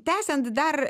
tęsiant dar